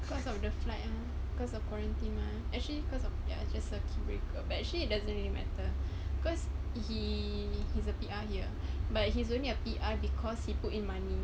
because of the flight ah because of quarantine lah actually cause of ya the circuit breaker but actually it doesn't really matter because he is a P_R here but he's only a P_R because he put in money